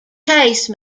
case